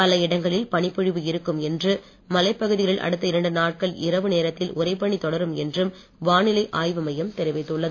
பல இடங்களில் பனிப்பொழிவு இருக்கும் என்றும் மலைப்பகுதிகளில் அடுத்த இரண்டு நாட்கள் இரவு நேரத்தில் உரைபனி தொடரும் என்றும் வானிலை ஆய்வு மையம் தெரிவித்துள்ளது